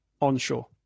onshore